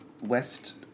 west